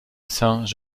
saint